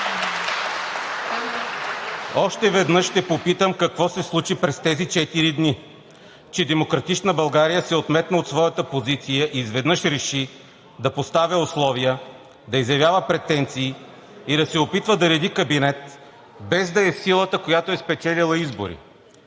Още веднъж ще попитам: какво се случи през тези четири дни, че „Демократична България“ се отметна от своята позиция и изведнъж реши да поставя условия, да изявява претенции и да се опитва да реди кабинет, без да е силата, която е спечелила избори?